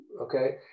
Okay